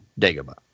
Dagobah